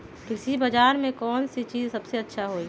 कृषि बजार में कौन चीज सबसे अच्छा होई?